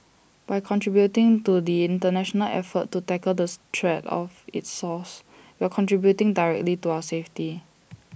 by contributing to the International effort to tackle this threat of its source we are contributing directly to our safety